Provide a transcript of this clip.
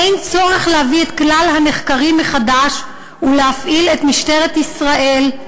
אין צורך להביא את כלל הנחקרים מחדש ולהפעיל את משטרת ישראל,